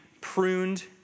pruned